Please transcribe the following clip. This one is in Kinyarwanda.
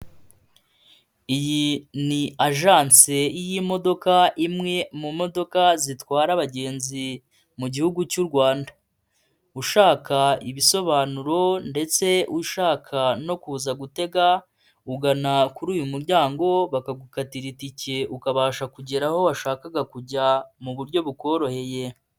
Iyi ni ajase y'imodoka imwe mu modoka zitwara abagenzi mu gihugu cy'u Rwanda, ushaka ibisobanuro ndetse ushaka no kuza gutega, ugana kuri uyu muryango bakagukatira itike, ukabasha kugera aho washakaga kujya mu buryo bukoroheye.